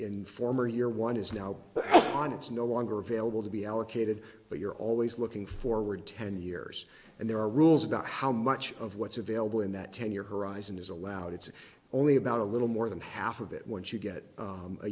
in form or year one is now on it's no longer available to be allocated but you're always looking forward ten years and there are rules about how much of what's available in that ten year horizon is allowed it's only about a little more than half of it once you get